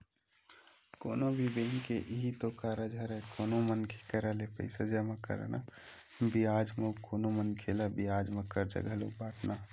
कोनो भी बेंक के इहीं तो कारज हरय कोनो मनखे करा ले पइसा जमा करना बियाज म अउ कोनो मनखे ल बियाज म करजा घलो बाटना